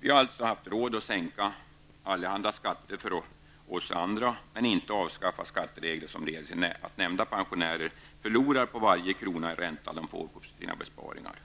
Vi har alltså haft råd att sänka allehanda skatter för oss andra men inte att avskaffa skatteregler som leder till att nämnda pensionärer förlorar på varje krona i ränta de får på sina besparingar.